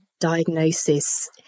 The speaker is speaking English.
diagnosis